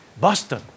Boston